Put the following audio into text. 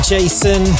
Jason